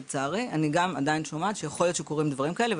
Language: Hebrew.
לצערי אני גם עדיין שומעת שיכול להיות שקורים דברים כאלה,